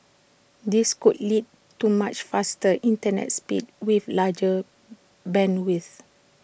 this could lead to much faster Internet speeds with larger bandwidths